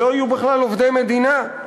לא יהיו בכלל עובדי מדינה,